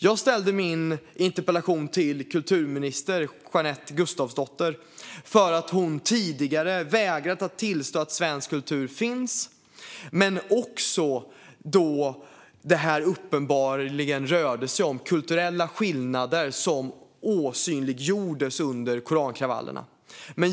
Jag ställde min interpellation till kulturminister Jeanette Gustafsdotter för att hon tidigare vägrat att tillstå att svensk kultur finns men också för att det här uppenbarligen rörde sig om kulturella skillnader som synliggjordes under korankravallerna.